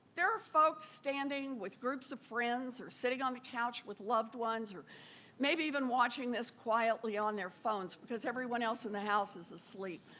there are folks standing with groups of friends or sitting on the couch with loved ones and maybe even watching this quietly on their phones because everybody else in the house is asleep